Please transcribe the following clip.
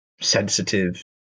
sensitive